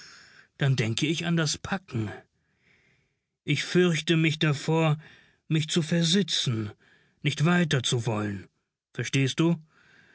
dann denke ich an das packen ich fürchte mich davor mich zu versitzen nicht weiter zu wollen verstehst du